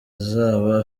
izaba